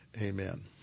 amen